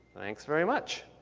thanks very much.